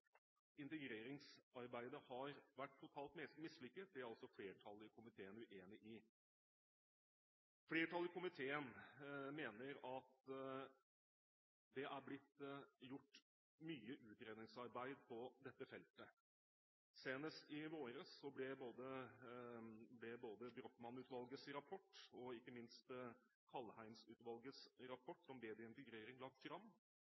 integreringsarbeidet har vært totalt mislykket, er altså flertallet i komiteen uenig i. Flertallet i komiteen mener at det er blitt gjort mye utredningsarbeid på dette feltet. Senest i våres ble både Brochmann-utvalgets rapport og ikke minst Kaldheim-utvalgets rapport om bedre integrering lagt fram,